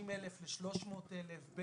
בין 50 אלף ל-300 אלף שקלים?